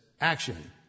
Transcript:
action